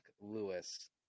Lewis